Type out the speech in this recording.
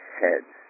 heads